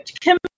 Kim